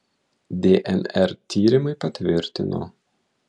dnr tyrimai patvirtino